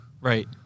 Right